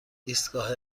ایستگاه